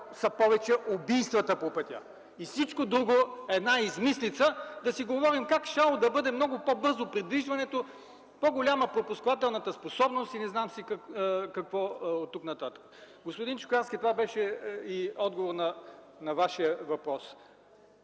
са повече убийствата по пътя. Всичко друго е една измислица – да си говорим как щяло да бъде много по-бързо придвижването, по-голяма пропускателната способност и не знам си какво оттук нататък... Господин Чукарски, това беше и отговор на Вашия въпрос.